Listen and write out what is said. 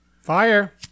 Fire